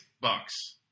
bucks